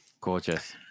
gorgeous